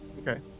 Okay